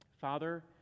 Father